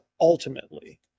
ultimately